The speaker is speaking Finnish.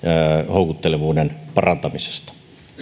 houkuttelevuuden parantamisesta